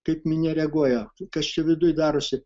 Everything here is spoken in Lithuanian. kaip minia nereaguoja kas čia viduj darosi